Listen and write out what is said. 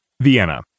Vienna